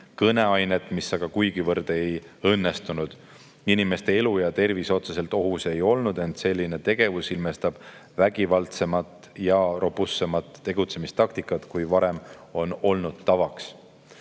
kõneainet, mis aga kuigivõrd ei õnnestunud. Inimeste elu ja tervis otseselt ohus ei olnud, ent selline tegevus ilmestab vägivaldsemat ja robustsemat tegutsemistaktikat, kui varem on olnud tavaks."